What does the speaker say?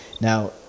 Now